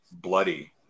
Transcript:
bloody